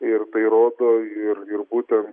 ir tai rodo ir ir būtent